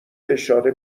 اشاره